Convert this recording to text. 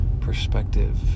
perspective